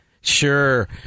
Sure